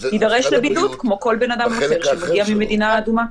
יידרש לבידוד כמו כל בן אדם אחר שמגיע ממדינה אדומה.